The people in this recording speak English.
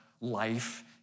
life